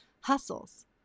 hustles